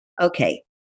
Okay